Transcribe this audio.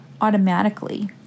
automatically